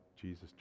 Jesus